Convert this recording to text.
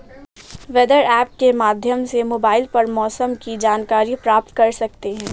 weather app के माध्यम से मोबाइल पर मौसम की जानकारी प्राप्त कर सकते हैं